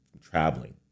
traveling